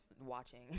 watching